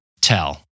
tell